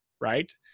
Right